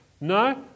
No